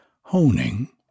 honing